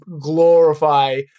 glorify